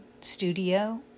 studio